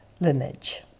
lineage